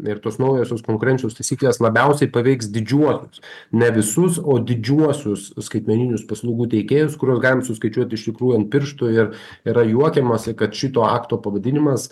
ir tos naujosios konkurencijos taisyklės labiausiai paveiks didžiuosius ne visus o didžiuosius skaitmeninius paslaugų teikėjus kuriuos galim suskaičiuot iš tikrų ant pirštų ir yra juokiamasi kad šito akto pavadinimas